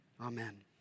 Amen